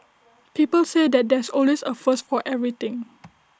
people say that there's always A first for everything